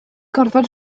gorfod